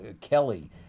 Kelly